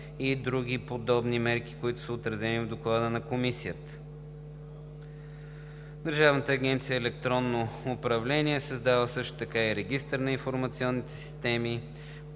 и други подобни мерки, които са отразени в Доклада на Комисията. Държавна агенция „Електронно управление“ е създала също и Регистър на информационните ресурси,